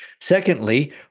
Secondly